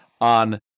on